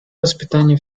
воспитание